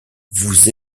vous